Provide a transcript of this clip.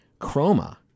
Chroma